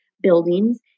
buildings